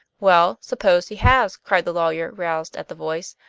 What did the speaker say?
well, suppose he has? cried the lawyer, roused at the voice.